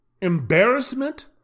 embarrassment